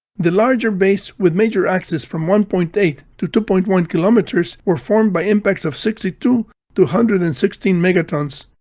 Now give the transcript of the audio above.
the larger bays with major axes from one point eight to two point one kilometers were formed by impacts of sixty two to one hundred and sixteen megatons.